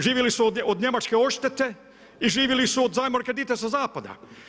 Živjeli su od njemačke odštete i živjeli su od … kredita sa zapada.